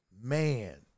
man